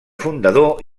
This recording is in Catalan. fundador